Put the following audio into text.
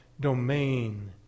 domain